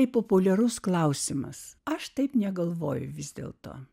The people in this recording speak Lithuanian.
kaip populiarus klausimas aš taip negalvoju vis dėlto